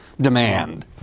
demand